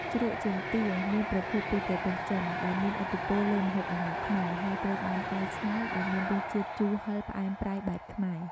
ជ្រក់ជើងទា មានប្រភពពីប្រទេសចិន ដែលមានឥទ្ធិពលលើម្ហូបអាហារខ្មែរ ហើយត្រូវបានកែច្នៃឱ្យមានរសជាតិជូរហឹរផ្អែមប្រៃបែបខ្មែរ។